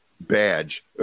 badge